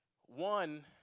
One